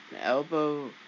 elbow